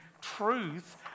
truth